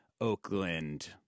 Oakland